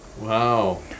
wow